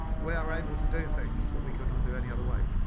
we're able to do things that we could not do any other way.